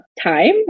time